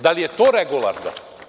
Da li je to regularno?